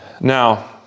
Now